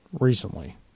recently